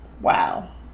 wow